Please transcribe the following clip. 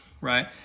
right